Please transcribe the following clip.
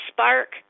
Spark